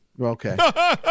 Okay